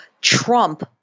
trump